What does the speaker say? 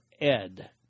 Ed